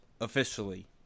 officially